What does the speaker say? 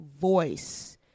voice